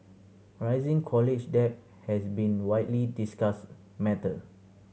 rising college debt has been widely discussed matter